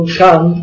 come